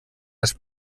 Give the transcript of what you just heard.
les